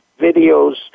videos